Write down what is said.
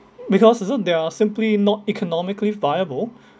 because also they are simply not economically viable